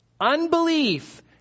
unbelief